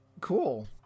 Cool